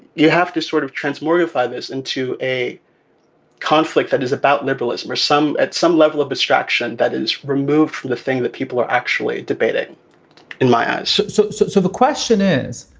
you have to sort of transmogrify this into a conflict that is about liberalism or some at some level of abstraction that is removed from the thing that people are actually debating in my eyes so so the question is,